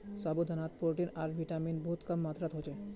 साबूदानात प्रोटीन आर विटामिन बहुत कम मात्रात ह छेक